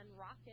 Rocket